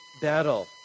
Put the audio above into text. battle